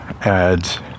adds